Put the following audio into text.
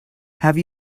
have